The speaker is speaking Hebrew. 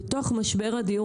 בסדר?